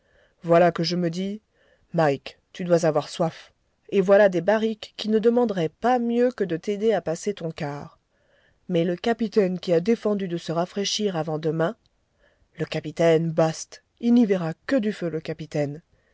voilà que je me dis mike tu dois avoir soif et voilà des barriques qui ne demanderaient pas mieux que de t'aider à passer ton quart mais le capitaine qui a défendu de se rafraîchir avant demain le capitaine bast il n'y verra que du feu le capitaine